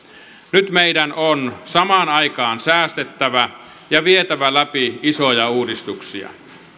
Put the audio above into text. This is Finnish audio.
nyt meidän on samaan aikaan säästettävä ja vietävä läpi isoja uudistuksia